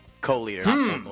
co-leader